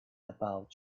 about